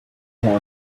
more